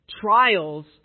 trials